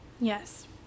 yes